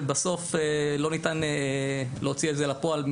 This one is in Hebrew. ובסוף לא ניתן להוציא את זה לפועל.